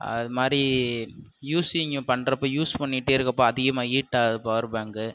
அது மாதிரி யூசிங் பண்ணுற போது யூஸ் பண்ணிகிட்டே இருக்கப்போது அதிகமாக ஹீட்டாகுது பவர் பேங்க்கு